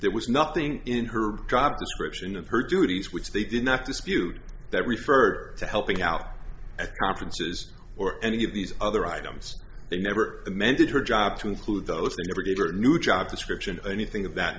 there was nothing in her job description of her duties which they did not dispute that refer to helping out at conferences or any of these other items they never amended her job to include those they never gave her new job description or anything of that